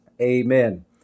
Amen